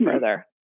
further